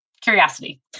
curiosity